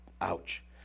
Ouch